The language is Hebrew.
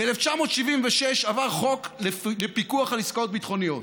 ב-1976 עבר חוק לפיקוח על עסקאות ביטחוניות,